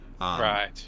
Right